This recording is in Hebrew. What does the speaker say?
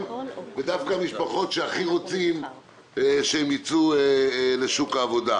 ודווקא למשפחות שאנחנו רוצים שתצאנה לשוק העבודה.